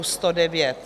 109.